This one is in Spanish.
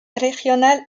regional